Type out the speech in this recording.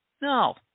No